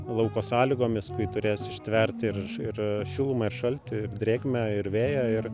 lauko sąlygomis kai turės ištverti ir ir šilumą ir šaltį ir drėgmę ir vėją ir